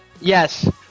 yes